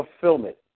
fulfillment